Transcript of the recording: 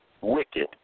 wicked